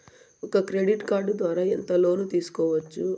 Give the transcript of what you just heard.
ఒక credit card ద్వారా ఎంత లోను తీసుకోవచ్చు?